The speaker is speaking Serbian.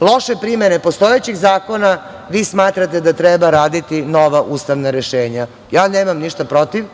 loše primene postojećih zakona vi smatrate da treba raditi nova ustavna rešenja. Ja nemam ništa protiv,